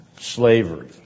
slavery